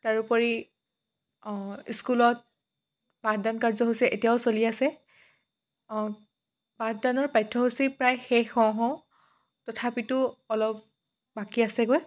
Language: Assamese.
তাৰোপৰি স্কুলত পাঠদান কাৰ্যসূচী এতিয়াও চলি আছে পাঠদানৰ পাঠ্যসূচী প্ৰায় শেষ হওঁ হওঁ তথাপিতো অলপ বাকী আছেগৈ